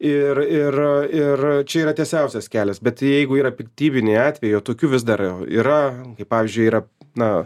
ir ir ir čia yra tiesiausias kelias bet tai jeigu yra piktybiniai atvejai o tokių vis dar yra kaip pavyzdžiui yra na